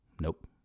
Nope